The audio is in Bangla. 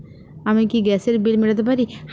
আমি কি গ্যাসের বিল মেটাতে পারি?